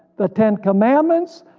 the ten commandments,